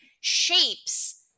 shapes